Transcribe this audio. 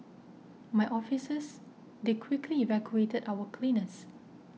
my officers they quickly evacuated our cleaners